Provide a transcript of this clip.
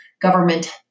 government